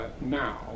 now